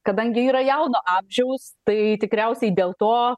kadangi yra jauno amžiaus tai tikriausiai dėl to